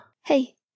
Hey